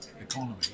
economy